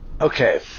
okay